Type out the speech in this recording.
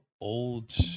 old